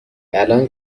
الان